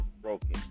broken